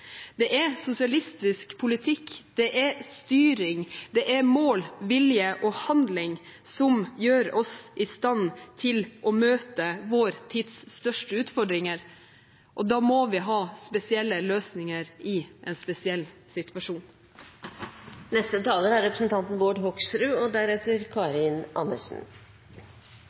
Det er sosialistisk politikk, det er styring, det er mål, vilje og handling som gjør oss i stand til å møte vår tids største utfordringer, og da må vi ha spesielle løsninger i en spesiell situasjon. Det er